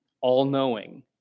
all-knowing